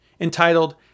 entitled